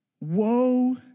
Woe